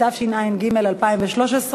התשע"ג 2013,